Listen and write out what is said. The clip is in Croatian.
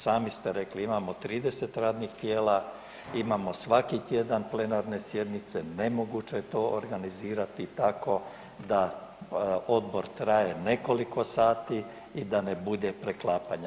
Sami ste rekli, imamo 30 radnih tijela, imamo svaki tjedan plenarne sjednice, nemoguće je to organizirati tako da odbor traje nekoliko sati i da ne bude preklapanja.